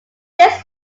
this